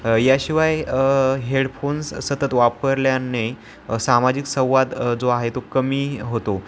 याशिवाय हेडफोन्स सतत वापरल्याने सामाजिक संवाद जो आहे तो कमी होतो